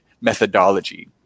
methodology